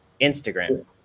Instagram